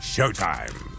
Showtime